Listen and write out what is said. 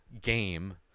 game